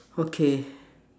okay